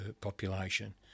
population